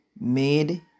made